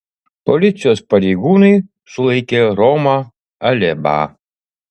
policijos pareigūnai sulaikė romą alėbą